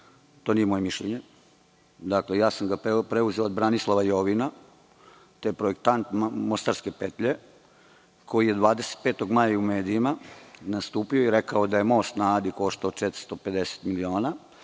To nije moje mišljenje. Ja sam ga preuzeo od Branislava Jovina, to je projektant „Mostarske petlje“ koji je 25. maja u medijima nastupio i rekao da je Most na Adi koštao 450 miliona,